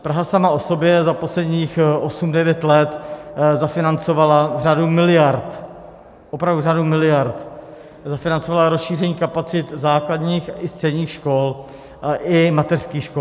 Praha sama o sobě za posledních osm devět let zafinancovala řadu miliard, opravdu řadu miliard, zafinancovala rozšíření kapacit základních i středních škol i mateřských škol.